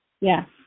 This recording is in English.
Yes